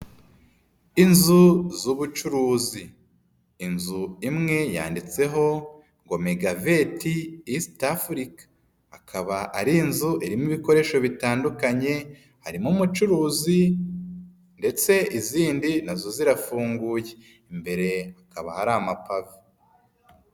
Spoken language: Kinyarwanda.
Inzu z'ubucuruzi, inzu imwe yanditseho ngo Megaveti East Africa, akaba ari inzu irimo ibikoresho bitandukanye, harimo umucuruzi ndetse izindi nazo zirafunguye, imbere hakaba hari amapavu.